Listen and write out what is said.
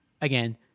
again